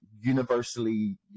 universally